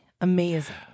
Amazing